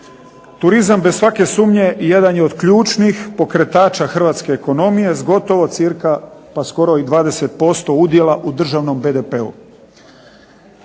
turizam bez svake sumnje jedan je od ključnih pokretača hrvatske ekonomije s gotovo cca pa skoro i 20% udjela u državnom BDP-u.